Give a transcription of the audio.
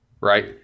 right